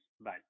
Bye